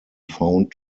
found